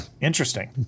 Interesting